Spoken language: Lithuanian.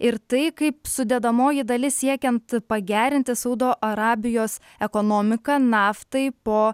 ir tai kaip sudedamoji dalis siekiant pagerinti saudo arabijos ekonomiką naftai po